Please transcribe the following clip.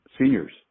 seniors